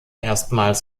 erstmals